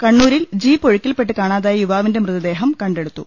കണ്ണൂരിൽ ജീപ്പ് ഒഴുക്കിൽ പെട്ട് കാണാതായി യുവാ്പിന്റെ മൃതദേഹം കണ്ടെ ടുത്തു